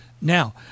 Now